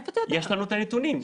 יש לנו נתונים.